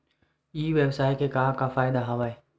ई व्यवसाय के का का फ़ायदा हवय?